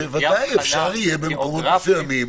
ודאי שאפשר יהיה במקומות מסוימים